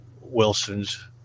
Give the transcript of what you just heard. Wilson's